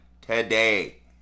today